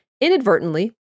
Inadvertently